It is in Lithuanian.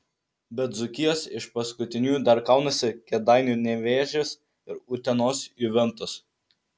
be dzūkijos iš paskutiniųjų dar kaunasi kėdainių nevėžis ir utenos juventus